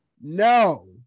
no